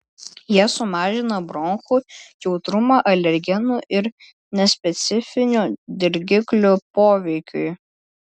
jie sumažina bronchų jautrumą alergenų ir nespecifinių dirgiklių poveikiui